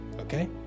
Okay